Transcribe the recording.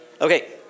Okay